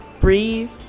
breathe